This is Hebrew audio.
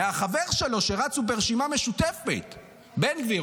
מהחבר שלו, רצו ברשימה המשותפת, בן גביר.